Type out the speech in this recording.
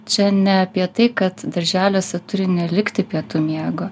čia ne apie tai kad darželiuose turi nelikti pietų miego